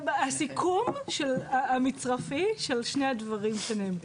את הסיכום המצרפי של שני הדברים שנאמרו.